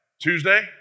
Tuesday